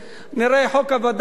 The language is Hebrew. חוק הווד"לים,